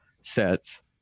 sets